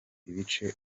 ibice